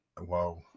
Wow